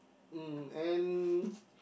um and